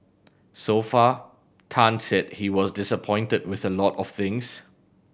so far Tan said he was disappointed with a lot of things